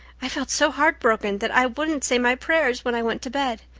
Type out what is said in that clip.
i felt so heartbroken that i wouldn't say my prayers when i went to bed.